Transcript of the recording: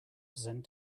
percent